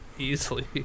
easily